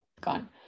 gone